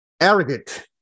arrogant